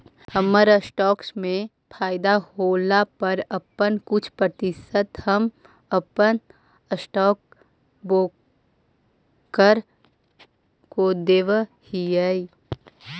हमर स्टॉक्स में फयदा होला पर अपन कुछ प्रतिशत हम अपन स्टॉक ब्रोकर को देब हीअई